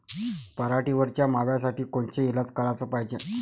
पराटीवरच्या माव्यासाठी कोनचे इलाज कराच पायजे?